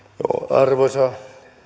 arvoisa